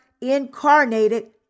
incarnated